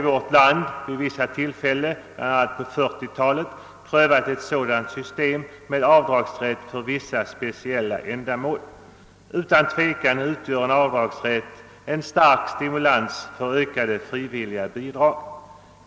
Vid vissa tillfällen har vi även här i landet prövat ett system med avdragsrätt för vissa speciella ändamål, bl.a. under 1940-talet. Utan tvivel är en sådan avdragsrätt en stark stimulans för ökade frivilliga bidrag.